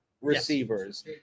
receivers